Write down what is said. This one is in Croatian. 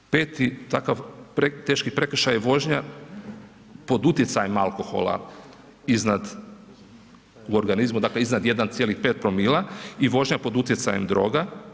Peti takav teški prekršaj je vožnja pod utjecajem alkohola iznad, u organizmu dakle, iznad 1,5 promila i vožnja pod utjecajem droga.